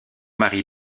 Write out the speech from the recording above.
mari